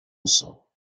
uso